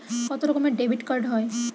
কত রকমের ডেবিটকার্ড হয়?